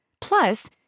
Plus